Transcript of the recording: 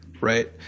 right